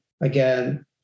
again